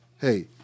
hey